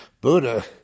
Buddha